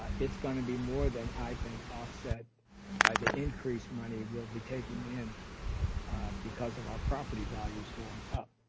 it's gonna be more than i think offset by the increase money we'll be taking in because of our property values going up.